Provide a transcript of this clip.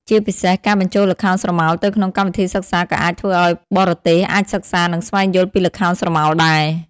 ជាពិសេសការបញ្ចូលល្ខោនស្រមោលទៅក្នុងកម្មវិធីសិក្សាក៏អាចធ្វើឲ្យបរទេសអាចសិក្សា និងស្វែងយល់ពីល្ខោនស្រមោលដែរ។